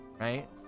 right